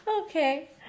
Okay